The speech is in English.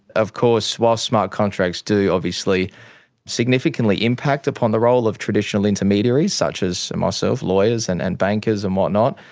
of course while smart contracts do obviously significantly impact upon the role of traditional intermediaries such as ah so myself, lawyers and and bankers and whatnot,